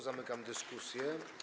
Zamykam dyskusję.